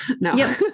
no